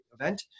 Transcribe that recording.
event